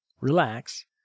relax